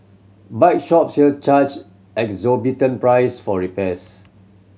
bike shops here charge exorbitant price for repairs